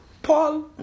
Paul